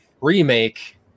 remake